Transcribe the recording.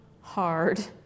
hard